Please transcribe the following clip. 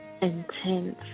Intense